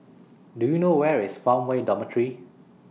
Do YOU know Where IS Farmway Dormitory